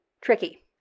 tricky